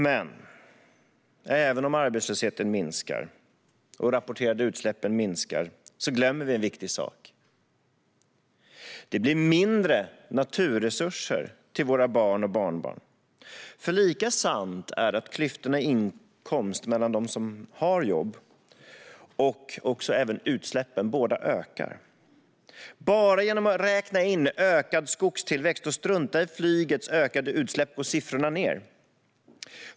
Men även om arbetslösheten minskar och de rapporterade utsläppen minskar glömmer vi en viktig sak: Det blir mindre naturresurser till våra barn och barnbarn. Lika sant är att inkomstklyftorna bland dem som har jobb ökar, liksom att utsläppen ökar. Bara om man räknar in ökad skogstillväxt och struntar i flygets ökade utsläpp går siffrorna ned.